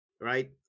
right